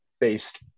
based